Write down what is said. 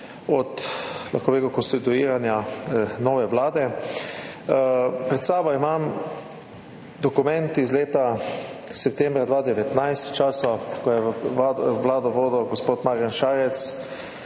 dobro leto od konstituiranja nove vlade. Pred sabo imam dokument iz septembra 2019, časa, ko je vlado vodil gospod Marjan Šarec.